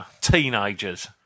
teenagers